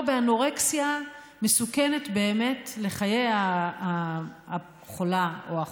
באנורקסיה מסוכנת באמת לחיי החולה או החולה.